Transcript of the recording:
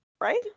right